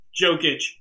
Jokic